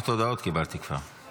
קיבלתי כבר 400 הודעות.